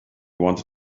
wanted